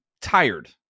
tired